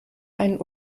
einen